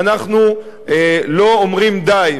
ואנחנו לא אומרים די.